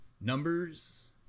Numbers